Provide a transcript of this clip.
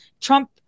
Trump